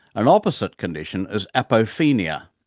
an opposite condition is apophenia,